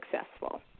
successful